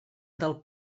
del